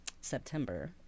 September